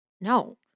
No